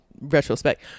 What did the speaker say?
retrospect